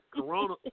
Corona